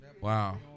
Wow